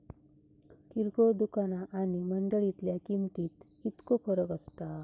किरकोळ दुकाना आणि मंडळीतल्या किमतीत कितको फरक असता?